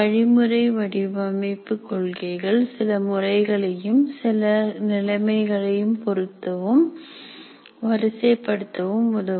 வழிமுறை வடிவமைப்பு கொள்கைகள் சில முறைகளையும் சில நிலைமைகளையும் பொருத்தவும் வரிசைப்படுத்தவும் உதவும்